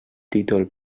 títol